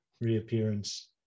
reappearance